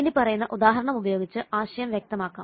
ഇനിപ്പറയുന്ന ഉദാഹരണം ഉപയോഗിച്ച് ആശയം വ്യക്തമാക്കാം